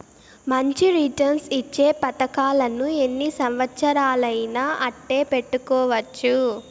మంచి రిటర్న్స్ ఇచ్చే పతకాలను ఎన్ని సంవచ్చరాలయినా అట్టే పెట్టుకోవచ్చు